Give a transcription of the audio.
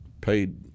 paid